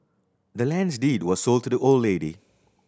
the land's deed was sold to the old lady